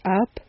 up